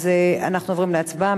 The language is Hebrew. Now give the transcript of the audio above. אנחנו עוברים להצבעה.